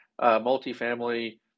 multifamily